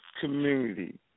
community